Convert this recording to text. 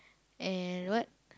and what